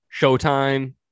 Showtime